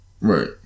Right